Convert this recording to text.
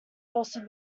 also